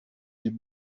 die